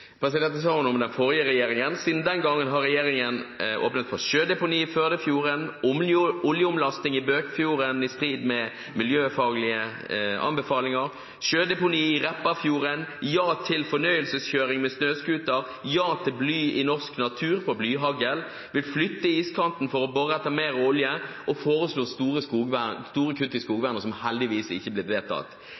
Det sa hun om den forrige regjeringen. Siden den gangen har regjeringen åpnet for sjødeponi i Førdefjorden, oljeomlasting i Bøkfjorden i strid med miljøfaglige anbefalinger, sjødeponi i Repparfjorden, ja til fornøyelseskjøring med snøscooter, ja til bly fra blyhagl i norsk natur. De vil flytte iskanten for å bore etter mer olje, og foreslo store kutt i skogvernet som heldigvis ikke ble vedtatt.